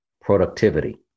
productivity